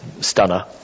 stunner